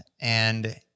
and-